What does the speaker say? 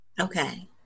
Okay